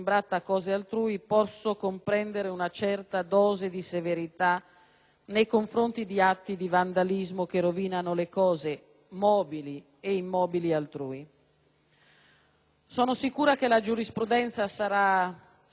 nei confronti di atti di vandalismo che rovinano le cose mobili e immobili altrui. Sono sicura che la giurisprudenza saprà distinguere il gesto di chi imbratta o deturpa